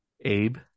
Abe